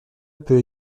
peut